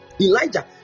Elijah